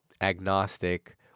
agnostic